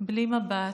בלי מבט,